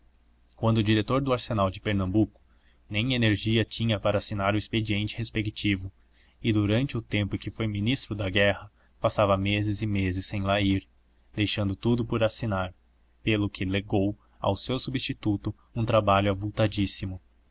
seus cargos quando diretor do arsenal de pernambuco nem energia tinha para assinar o expediente respectivo e durante o tempo em que foi ministro da guerra passava meses e meses sem lá ir deixando tudo por assinar pelo que legou ao seu substituto um trabalho avultadíssimo